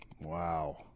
Wow